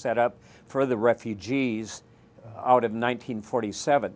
set up for the refugees out of the one nine hundred forty seven